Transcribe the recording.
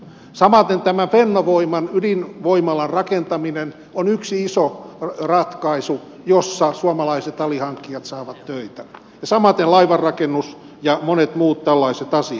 samaten tämä fennovoiman ydinvoimalan rakentaminen on yksi iso ratkaisu jossa suomalaiset alihankkijat saavat töitä ja samaten laivanrakennus ja monet muut tällaiset asiat